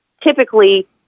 typically